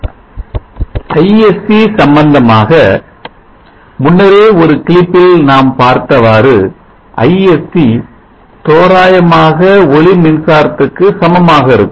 Isc சம்பந்தமாக முன்னரே ஒரு கிளிப்பில் நாம் பார்த்தவாறு Isc தோராயமாக ஒளி மின்சாரத்திற்கு சமமாக இருக்கும்